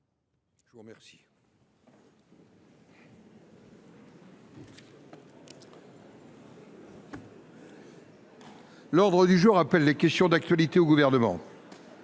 Je vous remercie.